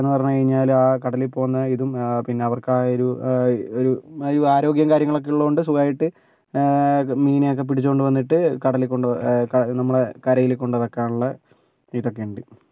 പറഞ്ഞു കഴിഞ്ഞാൽ ആ കടലിൽ പോകുന്ന ഇതും പിന്നെ അവർക്ക് ആ ഒരു ഒരു ആരോഗ്യം കാര്യങ്ങളൊക്കെ ഉള്ളത് കൊണ്ട് സുഖമായിട്ട് മീനിനെയൊക്കെ പിടിച്ചുകൊണ്ടു വന്നിട്ട് കടലിൽ കൊണ്ട് നമ്മുടെ കരയിൽ കൊണ്ട് വെക്കാനുള്ള ഇതൊക്കെയുണ്ട്